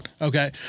Okay